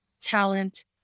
talent